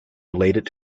related